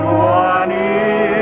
one